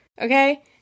okay